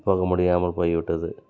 போக முடியாமல் போய் விட்டது